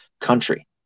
country